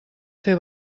fer